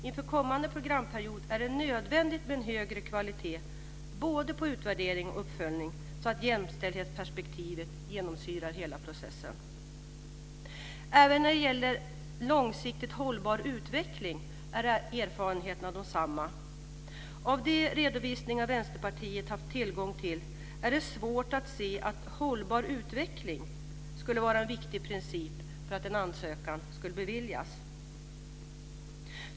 Inför kommande programperiod är det nödvändigt med en högre kvalitet på både utvärderingar och uppföljningar så att jämställdhetsperspektivet genomsyrar hela processen. Även när det gäller långsiktigt hållbar utveckling är erfarenheterna desamma. Av de redovisningar som Vänsterpartiet har haft tillgång till har det varit svårt att se att hållbar utveckling skulle vara en viktig princip för att en ansökan skulle beviljas.